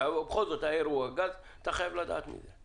ובכל זאת היה אירוע גזה - אתה חייב לדעת על זה,